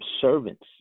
servants